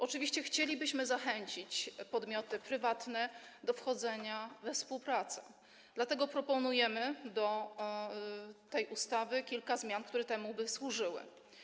Oczywiście chcielibyśmy zachęcić podmioty prywatne do wchodzenia we współpracę, dlatego proponujemy do tej ustawy kilka zmian, które temu by służyły.